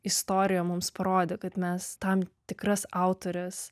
istorija mums parodė kad mes tam tikras autores